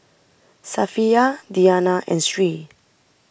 Safiya Diyana and Sri